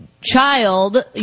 child